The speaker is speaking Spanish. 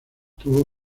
tuvo